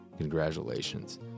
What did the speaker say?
Congratulations